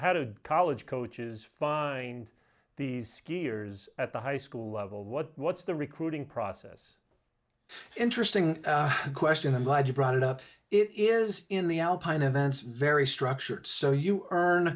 to college coaches these skiers at the high school level what what's the recruiting process interesting question i'm glad you brought it up it is in the alpine events very structured so you earn